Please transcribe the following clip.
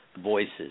voices